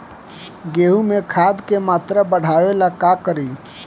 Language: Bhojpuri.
गेहूं में खाद के मात्रा बढ़ावेला का करी?